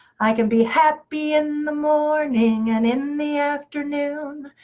i can be happy in the morning, and in the afternoon.